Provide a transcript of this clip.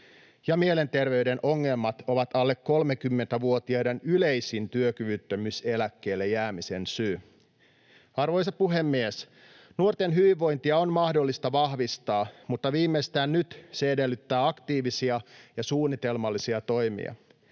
mielenterveyden ongelmat ovat alle 30-vuotiaiden yleisin työkyvyttömyyseläkkeelle jäämisen syy. Arvoisa puhemies! Nuorten hyvinvointia on mahdollista vahvistaa, mutta viimeistään nyt se edellyttää aktiivisia ja suunnitelmallisia toimia.